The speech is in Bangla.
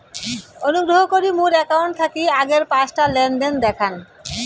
অনুগ্রহ করি মোর অ্যাকাউন্ট থাকি আগের পাঁচটা লেনদেন দেখান